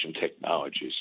technologies